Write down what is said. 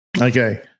Okay